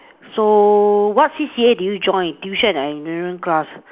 so what C_C_A did you join tuition enrichment class